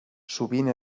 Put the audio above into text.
sovint